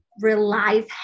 relies